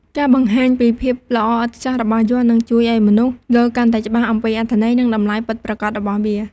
ការបង្ហាញពីភាពល្អឥតខ្ចោះរបស់យ័ន្ត នឹងជួយឱ្យមនុស្សយល់កាន់តែច្បាស់អំពីអត្ថន័យ និងតម្លៃពិតប្រាកដរបស់វា។